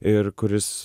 ir kuris